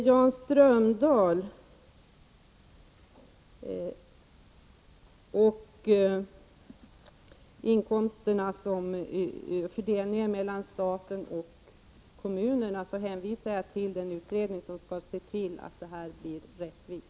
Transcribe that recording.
Jan Strömdahl talar om fördelningen mellan staten och kommunerna. Jag hänvisar då till den utredning som har att se till att det blir rättvisa i det sammanhanget.